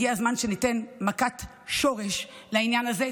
הגיע הזמן שניתן מכה מן השורש לעניין הזה,